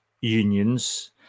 unions